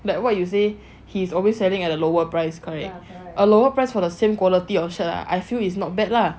like what you say he's always selling at a lower price correct a lower price for the same quality of shirt I feel is not bad lah